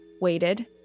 waited